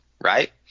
right